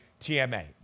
tma